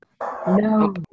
No